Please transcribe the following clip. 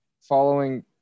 following